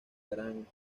gran